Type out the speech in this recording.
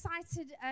excited